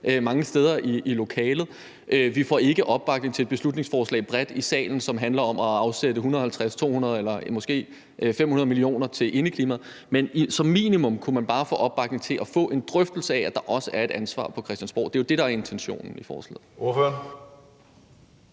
her i lokalet. Vi får ikke bred opbakning i salen til et beslutningsforslag, der handler om at afsætte 150, 200 eller 500 mio. kr. til bedre indeklima. Men som minimum kunne man måske bare få opbakning til at få en drøftelse af, at der også er et ansvar på Christiansborg. Det er jo det, der er intentionen bag forslaget.